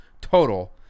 total